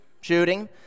shooting